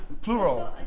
Plural